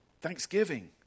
thanksgiving